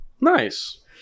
Nice